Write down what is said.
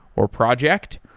or project.